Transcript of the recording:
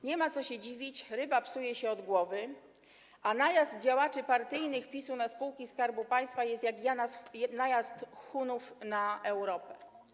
Nie ma się co dziwić, ryba psuje się od głowy, a najazd działaczy partyjnych PiS na spółki Skarbu Państwa jest jak najazd Hunów na Europę.